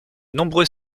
nombreux